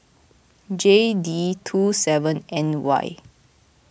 J D two seven N Y